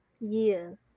years